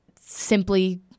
simply